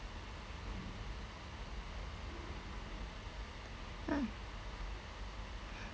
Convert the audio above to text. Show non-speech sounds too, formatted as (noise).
(noise)